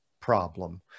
problem